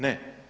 Ne.